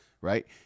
right